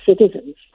citizens